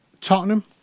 Tottenham